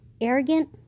arrogant